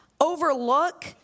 overlook